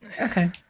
Okay